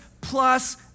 plus